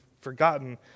forgotten